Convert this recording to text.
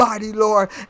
Lord